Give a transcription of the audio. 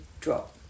drop